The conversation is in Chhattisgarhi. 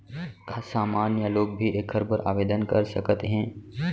का सामान्य लोग भी एखर बर आवदेन कर सकत हे?